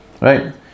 right